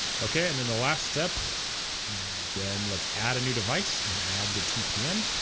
okay and then the last step then let's add a new device and add the tpm